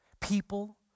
People